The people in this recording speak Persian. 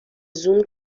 زوم